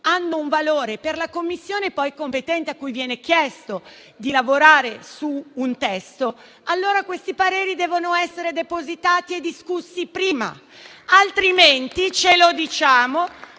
hanno un valore per la Commissione competente a cui viene chiesto di lavorare su un testo, allora questi pareri devono essere depositati e discussi prima, altrimenti chiudiamo